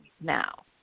now